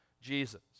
Jesus